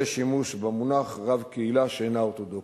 שימוש במונח "רב קהילה שאינה אורתודוקסית".